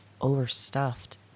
overstuffed